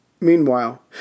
Meanwhile